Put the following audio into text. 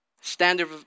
standard